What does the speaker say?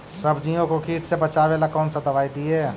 सब्जियों को किट से बचाबेला कौन सा दबाई दीए?